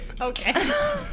Okay